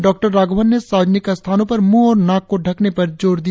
doctor Raghavan ने सार्वजनिक स्थानों पर मुंह और नाक को ढकने पर जोर दिया